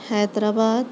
Hyderabad